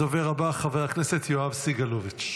הדובר הבא, חבר הכנסת יואב סגלוביץ'.